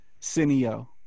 Cineo